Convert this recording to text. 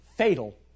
Fatal